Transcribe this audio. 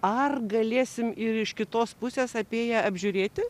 ar galėsim ir iš kitos pusės apėję apžiūrėti